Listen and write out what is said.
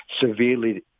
severely